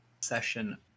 session